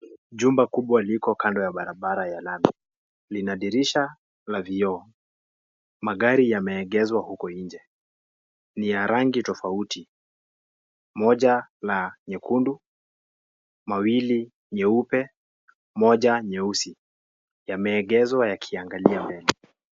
Jumba kubwa liko katika barabara ya lami, lina dirisha la vioo, magari yameegeshwa huko nje, ni ya rangi tofauti , moja la nyekundu, mawili nyeupe, moja nyeusi, yameegeshwa yakiangalia mbele.